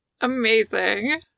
amazing